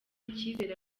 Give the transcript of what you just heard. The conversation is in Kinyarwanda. icyizere